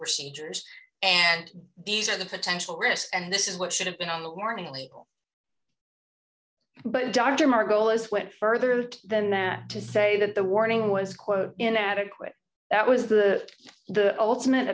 procedures and these are the potential risks and this is what should have been on that morning but dr margolis went further than that to say that the warning was quote inadequate that was the the ultimate